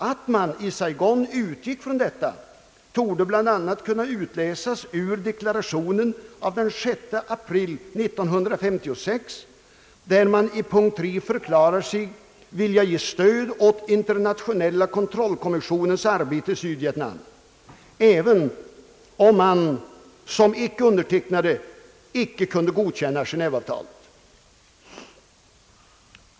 Att man i Saigon utgick från detta torde bl.a. kunna utläsas ur deklarationen av den 6 april 1956, där man i punkt 3 förklarar sig villig att ge stöd åt internationella kontrollkommissionens arbete i Sydvietnam, även om man som icke undertecknare inte kunde godkänna Geneveavtalet.